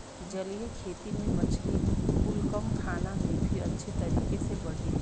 जलीय खेती में मछली कुल कम खाना में भी अच्छे तरीके से बढ़ेले